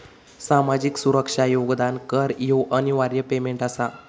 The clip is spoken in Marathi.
सामाजिक सुरक्षा योगदान कर ह्यो अनिवार्य पेमेंट आसा